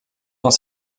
dans